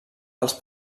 dels